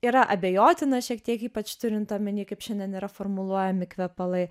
yra abejotina šiek tiek ypač turint omeny kaip šiandien yra formuluojami kvepalai